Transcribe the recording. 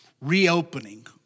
reopening